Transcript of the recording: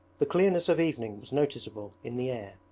the clearness of evening was noticeable in the air.